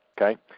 Okay